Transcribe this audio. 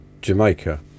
Jamaica